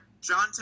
John